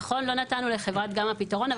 נכון לא נתנו לחברת גמא פתרון,